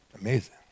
Amazing